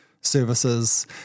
services –